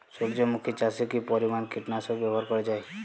সূর্যমুখি চাষে কি পরিমান কীটনাশক ব্যবহার করা যায়?